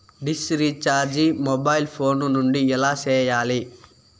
dish recharge mobile phone నుండి ఎలా సేయాలి